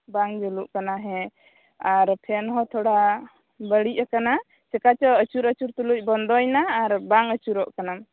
ᱵᱟᱝ ᱡᱩᱞᱩᱜ ᱠᱟᱱᱟ ᱦᱮᱸ ᱟᱨ ᱯᱷᱮᱱ ᱦᱚᱸ ᱛᱷᱚᱲᱟ ᱵᱟᱹᱲᱤᱡ ᱟᱠᱟᱱᱟ ᱪᱤᱠᱟ ᱪᱚ ᱟᱹᱪᱩᱨ ᱟᱹᱪᱩᱨ ᱛᱩᱞᱩᱡ ᱵᱚᱱᱫᱚᱭᱱᱟ ᱟᱨ ᱵᱟᱝ ᱟᱹᱪᱩᱨᱚᱜ ᱠᱟᱱᱟ